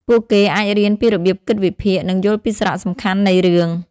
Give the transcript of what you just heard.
ពួកគេអាចរៀនពីរបៀបគិតវិភាគ និងយល់ពីសារៈសំខាន់នៃរឿង។